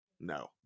No